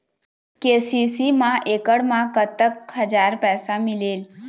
KCC मा एकड़ मा कतक हजार पैसा मिलेल?